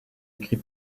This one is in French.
écrit